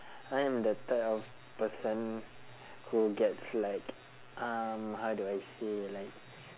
I'm the type of person who gets like um how do I say like